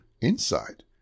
inside